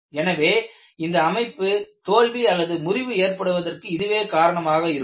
எனவே இந்த அமைப்பு தோல்வி முறிவு ஏற்படுவதற்கு இதுவே காரணமாக இருக்கும்